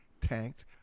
tanked